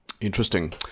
Interesting